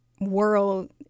world